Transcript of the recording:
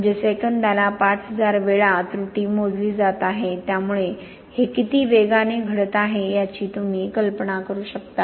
म्हणजे सेकंदाला 5000 वेळा त्रुटी मोजली जात आहे त्यामुळे हे किती वेगाने घडत आहे याची तुम्ही कल्पना करू शकता